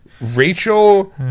Rachel